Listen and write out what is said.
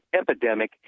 epidemic